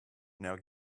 now